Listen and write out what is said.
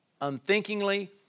unthinkingly